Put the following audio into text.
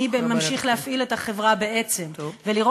מי ממשיך להפעיל את החברה בעצם, טוב.